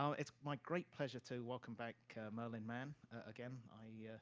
so it's my great pleasure to welcome back merlin mann again. i yeah